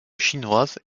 chinoise